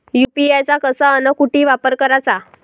UPI चा कसा अन कुटी वापर कराचा?